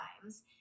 times